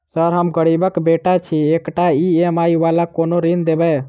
Sir हम गरीबक बेटा छी एकटा ई.एम.आई वला कोनो ऋण देबै?